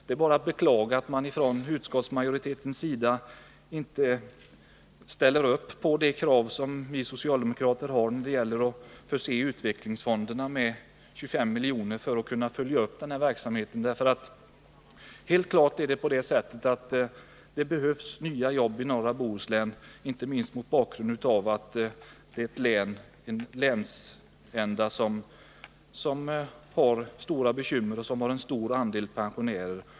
Det är bara att beklaga att utskottsmajoriteten inte ställer upp på det socialdemokratiska kravet att utvecklingsfonderna skall förses med 25 milj.kr. för att kunna följa upp den här verksamheten. Det är helt klart att det behövs nya jobb i norra Bohuslän, inte minst mot bakgrund av att det är en länsända som har stora bekymmer och som sagt en stor andel pensionärer.